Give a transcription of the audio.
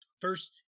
First